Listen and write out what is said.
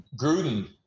Gruden